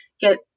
get